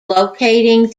locating